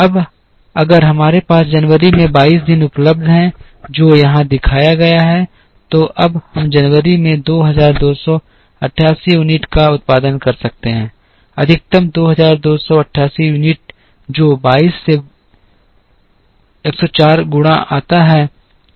अब अगर हमारे पास जनवरी में 22 दिन उपलब्ध हैं जो यहां दिखाया गया है तो अब हम जनवरी में 2288 यूनिट का उत्पादन कर सकते हैं अधिकतम 2288 यूनिट जो 22 से 104 गुणा आता है